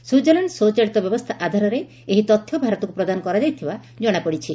Switzerland ସ୍ୱଚାଳିତ ବ୍ୟବସ୍ଷା ଆଧାରରେ ଏହି ତଥ୍ୟ ଭାରତକୁ ପ୍ରଦାନ କରାଯାଇଥିବା ଜଶାପଡ଼ିଛି